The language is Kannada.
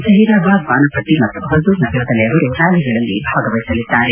ಜಹೀರ್ಬಾದ್ ವಾನಪಟ್ಟ ಮತ್ತು ಹುಝೂರ್ನಗರದಲ್ಲಿ ಅವರು ಕ್ಯಾಲಿಗಳಲ್ಲಿ ಭಾಗವಹಿಸಲಿದ್ದಾರೆ